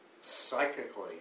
psychically